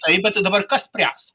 taip bet tai dabar kas spręs